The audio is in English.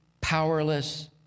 powerless